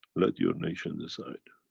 let your nation decide.